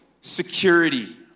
security